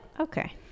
Okay